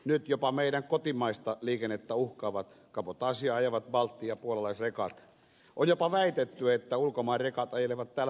nyt jopa meidän kotimaista liikennettä uhkaavat kabotaasia ajavat baltti ja puolalaisaika on jopa väitetty että ulkomaan rekat ajelevat täällä